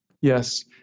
yes